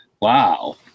Wow